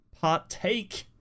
Partake